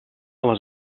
les